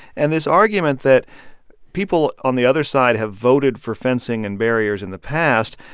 and this argument that people on the other side have voted for fencing and barriers in the past,